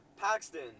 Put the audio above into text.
Paxton